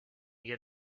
get